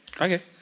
Okay